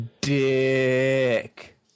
Dick